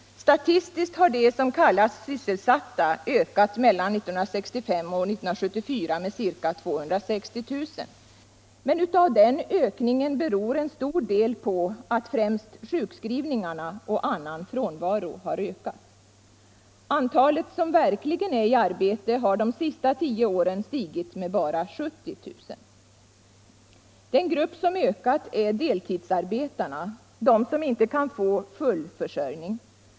Statistiskt har de som kallas sysselsatta ökat mellan 1965 och 1974 med ca 260 000. Men av denna ökning beror en stor del på att främst sjukskrivningarna och annan frånvaro ökat. Antalet som verkligen är i arbete har de sista tio åren stigit med bara 70 000. Den grupp som ökat är deltidsarbetarna, de som inte kan få full försörjning.